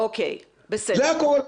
זה הכל.